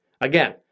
Again